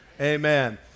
Amen